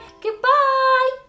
Goodbye